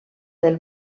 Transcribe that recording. del